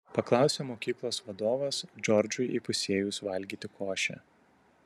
paklausė mokyklos vadovas džordžui įpusėjus valgyti košę